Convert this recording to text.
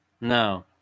No